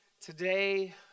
Today